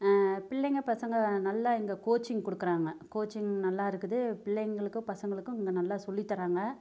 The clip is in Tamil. பிள்ளைங்கள் பசங்கள் நல்லா இங்கே கோச்சிங் கொடுக்குறாங்க கோச்சிங் நல்லா இருக்குது பிள்ளைங்களுக்கு பசங்களுக்கு இங்க நல்லா சொல்லி தராங்க